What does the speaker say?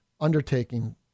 undertaking